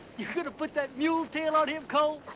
you gonna put that mule tail on him, cole?